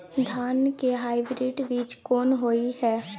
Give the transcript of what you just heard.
धान के हाइब्रिड बीज कोन होय है?